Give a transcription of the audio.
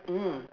mm